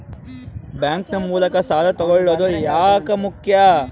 Bank ನ ಮೂಲಕ ಸಾಲ ತಗೊಳ್ಳೋದು ಯಾಕ ಮುಖ್ಯ?